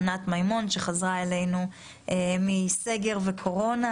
ענת מימון - שחזרה אלינו מסגר וקורונה,